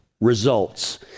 results